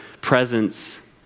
presence